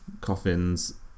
coffins